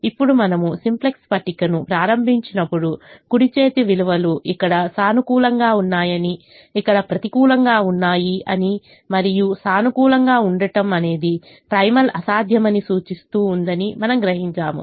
ఇప్పుడు మనము సింప్లెక్స్ పట్టికను ప్రారంభించినప్పుడు కుడి చేతి విలువలు ఇక్కడ సానుకూలంగా ఉన్నాయనిఇక్కడ ప్రతికూలంగా ఉన్నాయి అని మరియు సానుకూలంగా ఉండటం అనేది ప్రైమల్ అసాధ్యమని సూచిస్తూ ఉందని మనము గ్రహించాము